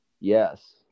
yes